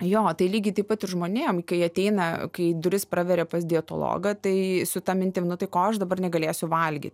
jo tai lygiai taip pat ir žmonėm kai ateina kai duris praveria pas dietologą tai su ta mintim nu tai ko aš dabar negalėsiu valgyt